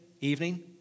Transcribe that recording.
evening